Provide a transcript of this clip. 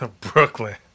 Brooklyn